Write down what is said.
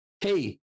hey